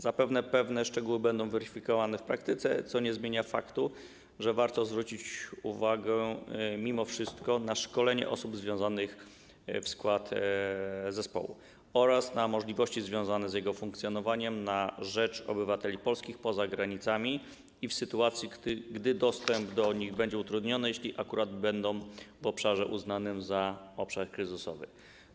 Zapewne pewne szczegóły będą weryfikowane w praktyce, co nie zmienia faktu, że warto zwrócić uwagę mimo wszystko na szkolenie osób wchodzących w skład zespołu oraz na możliwości związane z jego funkcjonowaniem na rzecz obywateli polskich poza granicami i w sytuacji, gdy dostęp do nich będzie utrudniony, jeśli akurat będą na obszarze uznanym za obszar kryzysowy.